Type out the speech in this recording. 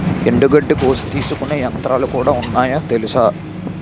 ఎండుగడ్డి కోసి తీసుకునే యంత్రాలుకూడా ఉన్నాయి తెలుసా?